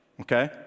okay